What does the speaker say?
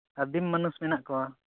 ᱟᱹᱫᱤᱢ ᱢᱟᱱᱩᱥ ᱢᱮᱱᱟᱜ ᱠᱚᱣᱟ